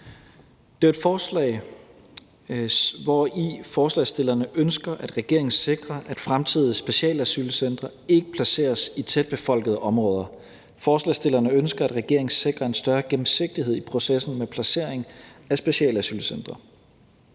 Det er jo et forslag, hvori forslagsstillerne ønsker, at regeringen sikrer, at fremtidige specialasylcentre ikke placeres i tæt befolkede områder. Forslagsstillerne ønsker, at regeringen sikrer en større gennemsigtighed i processen med placeringen af specialasylcentre.